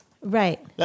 Right